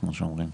כמו שאומרים.